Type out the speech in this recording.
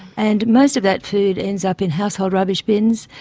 and most of that food ends up in household rubbish bins,